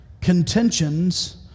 contentions